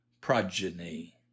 progeny